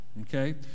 Okay